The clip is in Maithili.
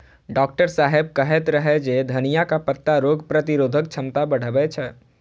डॉक्टर साहेब कहैत रहै जे धनियाक पत्ता रोग प्रतिरोधक क्षमता बढ़बै छै